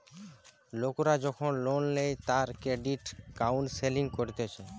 লোকরা যখন লোন নেই তারা ক্রেডিট কাউন্সেলিং করতিছে